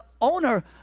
owner